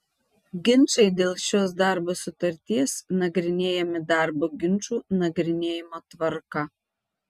ginčai dėl šios darbo sutarties nagrinėjami darbo ginčų nagrinėjimo tvarka